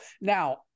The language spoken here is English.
Now